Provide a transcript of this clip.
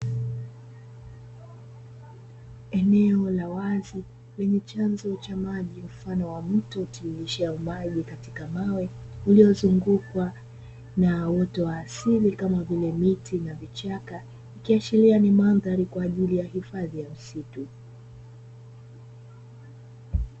Eneo la wazi lenye chanzo cha maji mfano wa mto utiririshao maji katika mawe uliozungukwa na uoto wa asili kama vile: miti na vichaka ikiashiria ni mandhari kwa ajili ya hifadhi ya msitu.